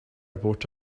abort